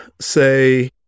say